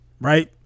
right